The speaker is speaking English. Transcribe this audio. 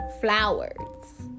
flowers